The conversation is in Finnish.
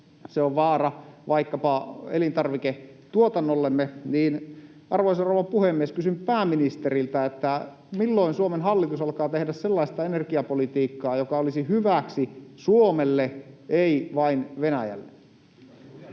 se on vaara vaikkapa elintarviketuotannollemme, niin, arvoisa rouva puhemies, kysyn pääministeriltä: milloin Suomen hallitus alkaa tehdä sellaista energiapolitiikkaa, joka olisi hyväksi Suomelle, ei vain Venäjälle?